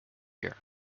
year